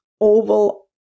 oval